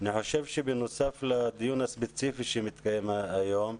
אני חושב שבנוסף לדיון הספציפי שמתקיים היום,